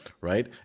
right